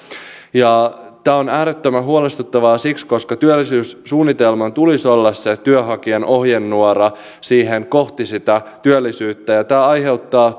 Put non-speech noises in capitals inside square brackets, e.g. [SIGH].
tämä on äärettömän huolestuttavaa siksi että työllisyyssuunnitelman tulisi olla se työnhakijan ohjenuora kohti sitä työllisyyttä ja tämä aiheuttaa [UNINTELLIGIBLE]